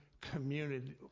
community